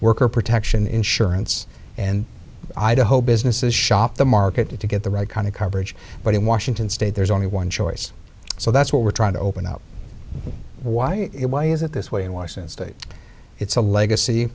worker protection insurance and idaho businesses shop the market to get the right kind of coverage but in washington state there's only one choice so that's what we're trying to open out why is it why is it this way in washington state it's a legacy